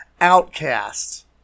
Outcasts